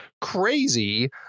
crazy